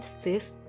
fifth